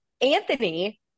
Anthony